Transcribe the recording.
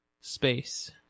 space